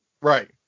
Right